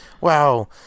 Wow